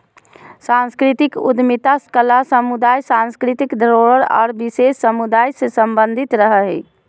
सांस्कृतिक उद्यमिता कला समुदाय, सांस्कृतिक धरोहर आर विशेष समुदाय से सम्बंधित रहो हय